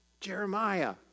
Jeremiah